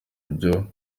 ibyo